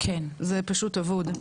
זה פשוט אבוד,